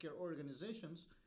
organizations